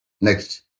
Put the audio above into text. Next